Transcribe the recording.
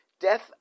Death